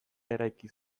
eraiki